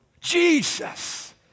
Jesus